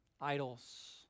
idols